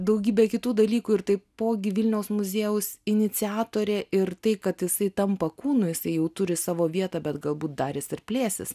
daugybė kitų dalykų ir taipogi vilniaus muziejaus iniciatorė ir tai kad jisai tampa kūnu jisai jau turi savo vietą bet galbūt dar jis ir plėsis